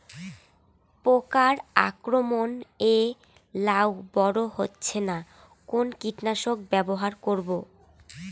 পোকার আক্রমণ এ লাউ বড় হচ্ছে না কোন কীটনাশক ব্যবহার করব?